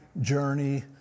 journey